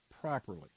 properly